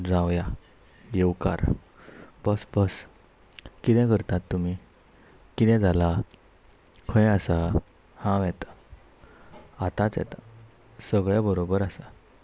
जावया येवकार बस बस किदं करतात तुमी किदं जालां खंय आसा हांव येता आतांच येता सगळे बरोबर आसा